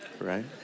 Right